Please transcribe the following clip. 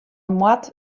moat